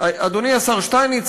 אדוני השר שטייניץ,